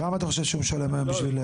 כמה אתה חושב שהוא משלם היום בשביל להגיע?